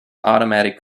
automatic